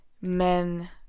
men